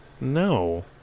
No